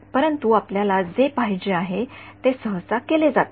परंतु आपल्याला जे पाहिजे आहे ते सहसा केले जाते